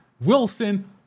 Wilson